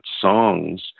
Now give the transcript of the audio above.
songs